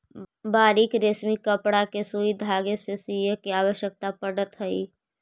बारीक रेशमी कपड़ा के सुई धागे से सीए के आवश्यकता पड़त हई